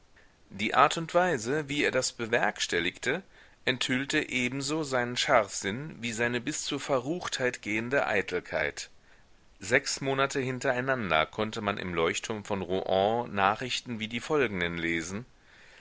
die art und weise wie er das bewerkstelligte enthüllte ebenso seinen scharfsinn wie seine bis zur verruchtheit gehende eitelkeit sechs monate hintereinander konnte man im leuchtturm von rouen nachrichten wie die folgenden lesen